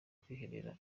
kwiherera